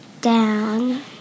down